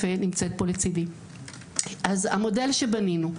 המודל שבנינו.